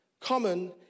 common